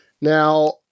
Now